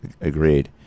agreed